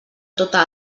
tota